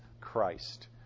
Christ